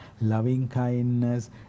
loving-kindness